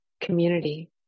community